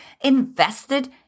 invested